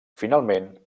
finalment